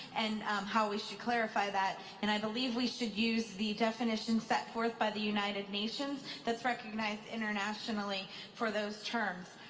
and how we should clarify that. and i believe we should use the definition set forth by the united nations that's recognized internationally for those terms.